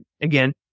Again